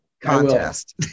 contest